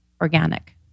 organic